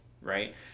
right